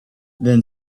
then